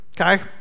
Okay